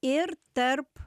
ir tarp